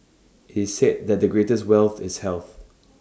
IT is said that the greatest wealth is health